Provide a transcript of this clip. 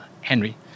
Henry